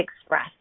express